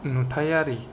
नुथायारि